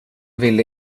ville